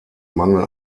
mangel